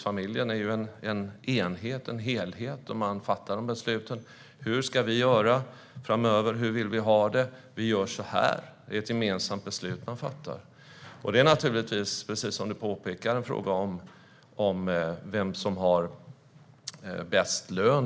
Familjen är en helhet som har att fatta besluten: Hur ska vi göra framöver? Hur vill vi ha det? Sedan kommer man fram till ett gemensamt beslut om hur man ska göra. Precis som du påpekar är det en fråga om vem som har högst lön.